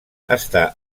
està